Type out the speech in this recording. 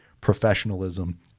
professionalism